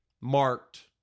Marked